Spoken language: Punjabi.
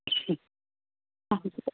ਹਾਂਜੀ ਸਰ